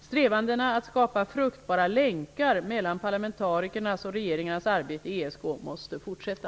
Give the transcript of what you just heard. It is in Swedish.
Strävandena att skapa fruktbara länkar mellan parlamentarikernas och regeringarnas arbete i ESK måste fortsätta.